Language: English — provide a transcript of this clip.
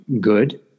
good